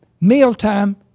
mealtime